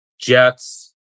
Jets